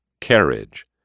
Carriage